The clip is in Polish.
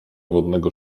wodnego